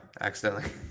accidentally